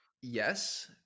Yes